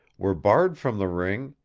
were barred from the ring,